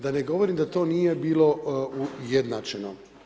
Da ne govorim da to nije bilo ujednačeno.